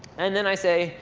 and then i say,